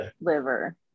liver